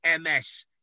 MS